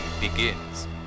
begins